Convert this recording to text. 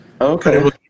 Okay